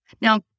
Now